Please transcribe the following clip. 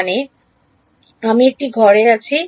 মানে আমি একটি ঘরে আছি